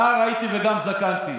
נער הייתי וגם זקנתי.